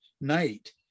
night